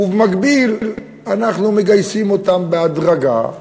ובמקביל אנחנו מגייסים אותם בהדרגה,